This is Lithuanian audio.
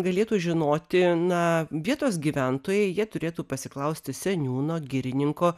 galėtų žinoti na vietos gyventojai jie turėtų pasiklausti seniūno girininko